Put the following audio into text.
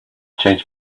changed